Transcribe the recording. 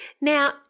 Now